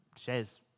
shares